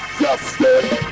justice